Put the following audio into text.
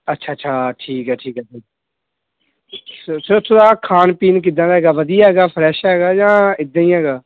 ਅੱਛਾ ਅੱਛਾ ਠੀਕ ਆ ਠੀਕ ਆ ਸਰ ਸ ਸਰ ਉੱਥੋਂ ਦਾ ਖਾਣ ਪੀਣ ਕਿੱਦਾਂ ਦਾ ਹੈਗਾ ਵਧੀਆ ਹੈਗਾ ਫਰੈਸ਼ ਹੈਗਾ ਜਾਂ ਇੱਦਾਂ ਹੀ ਹੈਗਾ